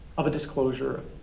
of a disclosure,